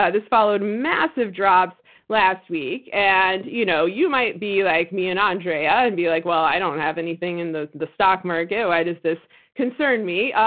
this followed massive drops last week. and you know you might be like me and andrea and be like, well, i don't have anything in the the stock market. why does this concern me?